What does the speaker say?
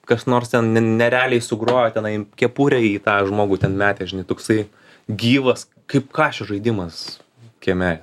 kas nors ten ne nerealiai sugrojo tenai kepurę į tą žmogų ten metė žinai toksai gyvas kaip kašio žaidimas kieme